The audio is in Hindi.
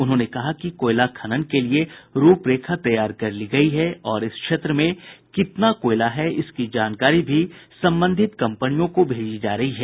उन्होंने कहा कि कोयला खनन के लिए रूप रेखा तैयार कर ली गयी है और इस क्षेत्र में कितना कोयला है इसकी जानकारी भी संबंधित कम्पनियों को भेजी जा रही है